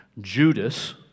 Judas